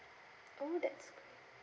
oh that's